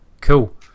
cool